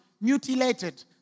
mutilated